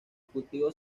cultivos